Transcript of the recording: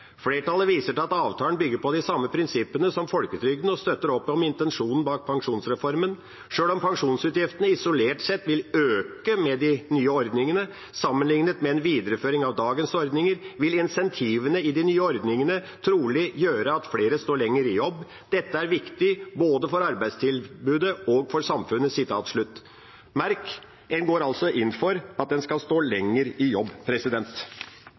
viser til at avtalen bygger på de samme prinsippene som folketrygden og støtter opp om intensjonen bak pensjonsreformen. Selv om pensjonsutgiftene isolert sett vil øke med de nye ordningene, sammenlignet med en videreføring av dagens ordninger, vil insentivene i de nye ordningene trolig gjøre at flere står lenger i jobb. Dette er viktig både for arbeidstilbudet og for samfunnet.» Merk: En går altså inn for at en skal stå lenger i jobb.